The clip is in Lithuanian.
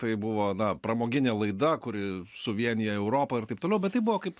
tai buvo na pramoginė laida kuri suvienija europą ir taip toliau bet tai buvo kaip